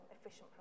efficient